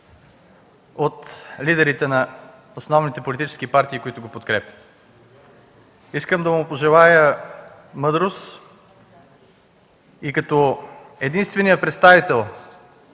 от лидерите на основните политически партии, които го подкрепят. Искам да му пожелая мъдрост и като единствения представител